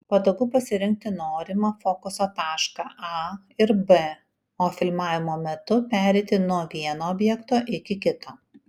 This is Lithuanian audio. patogu pasirinkti norimą fokuso tašką a ir b o filmavimo metu pereiti nuo vieno objekto iki kito